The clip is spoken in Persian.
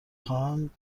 خواهم